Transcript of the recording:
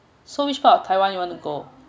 so which part of taiwan you want to go